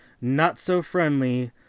not-so-friendly